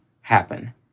happen